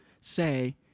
say